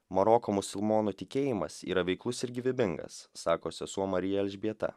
maroko musulmonų tikėjimas yra veiklus ir gyvybingas sako sesuo marija elžbieta